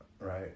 right